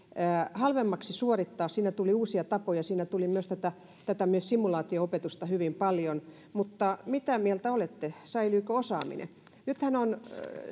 halvemmaksi suorittaa siinä tuli uusia tapoja ja siinä tuli myös simulaatio opetusta hyvin paljon mutta mitä mieltä olette säilyykö osaaminen nythän